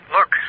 Look